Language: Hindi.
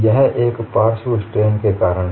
यह एक पार्श्व स्ट्रेन के कारण है